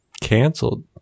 canceled